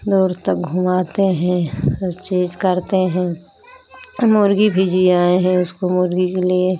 दूर तक घुमाते हैं सब चीज़ करते हैं मुर्ग़ी भी जियाए हैं उसको मुर्ग़ी के लिए